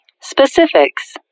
specifics